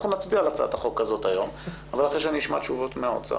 אנחנו נצביע על הצעת החוק הזאת היום אבל אחרי שאני אשמע תשובות מהאוצר.